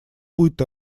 будет